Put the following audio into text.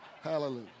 Hallelujah